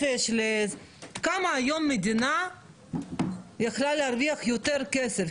כמה היום המדינה יכלה להרוויח יותר כסף?